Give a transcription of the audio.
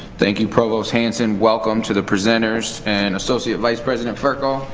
thank you, provost hanson. welcome to the presenters. and associate vice president furco,